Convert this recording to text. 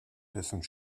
dessen